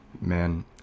man